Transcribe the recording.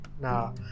now